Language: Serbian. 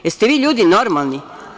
Jeste li vi ljudi normalni?